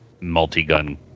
multi-gun